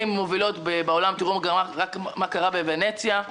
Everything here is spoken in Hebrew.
מובילות בעולם ראו למשל מה קרה בוונציה.